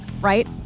Right